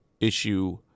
issue